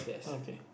okay